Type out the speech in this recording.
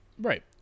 right